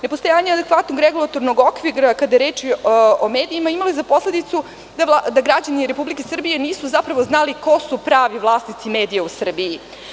Nepostojanje adekvatnog medijskog okvira kada je reč o medijima ima za posledicu da građani Republike Srbije nisu zapravo znali ko su pravi vlasnici medija u Srbiji.